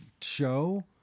show